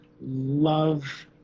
love